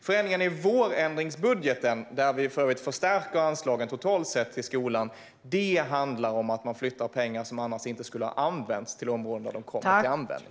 Förändringen i vårändringsbudgeten, där vi för övrigt förstärker anslagen till skolan totalt sett, handlar om att vi flyttar pengar, som annars inte skulle ha använts, till områden där de kommer till användning.